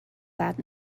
that